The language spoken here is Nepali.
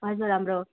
हजुर हाम्रो